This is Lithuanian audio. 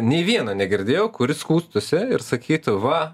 nei vieno negirdėjau kuris skųstųsi ir sakytų va